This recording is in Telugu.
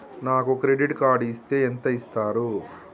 నాకు క్రెడిట్ కార్డు ఇస్తే ఎంత ఇస్తరు?